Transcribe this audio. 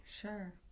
Sure